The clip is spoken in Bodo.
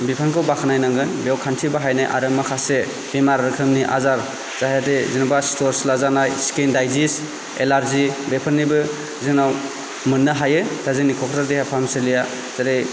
बिफानखौ बाखोनाय नांगोन बेयाव खान्थि बाहायनाय आरो माखासे बेमार रोखोमनि आजार जाहाथे जेनोबा सिथर सिला जानाय स्किन डिजिस एलारजि बेफोरनिबो जोंनाव मोननो हायो दा जोंनि क'क्राझार देहा फाहामसालिआ ओरै